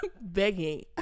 begging